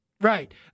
Right